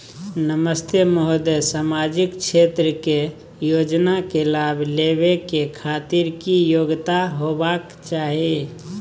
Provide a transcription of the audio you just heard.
नमस्ते महोदय, सामाजिक क्षेत्र के योजना के लाभ लेबै के खातिर की योग्यता होबाक चाही?